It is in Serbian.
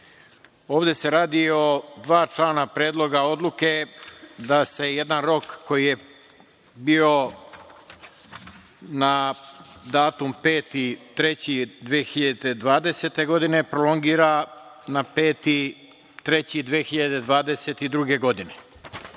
ovde se radi o dva člana Predloga odluke da se jedan rok koji je bio na datum 5. mart 2020. godine, prolongira na 5. mart 2022. godine,